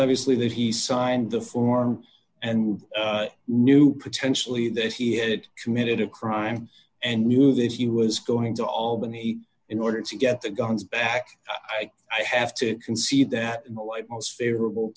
obviously that he signed the forms and knew potentially that he had committed a crime and knew that he was going to albany in order to get the guns back i think i have to concede that the light most favorable